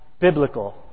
biblical